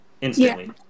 Instantly